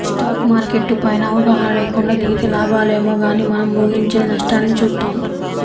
stock market పైన అవగాహన లేకుండా దిగితే లాభాలేమో గానీ మనం ఊహించని నష్టాల్ని చూత్తాం